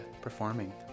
performing